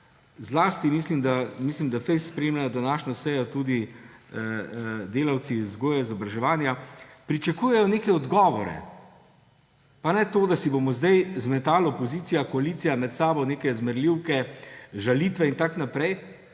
zlasti mislim, da fejst spremljajo današnjo sejo tudi delavci iz vzgoje in izobraževanja in da pričakujejo neke odgovore. Pa ne to, da si bomo zdaj zmetali opozicija, koalicija med sabo neke zmerljivke, žalitve in tako naprej,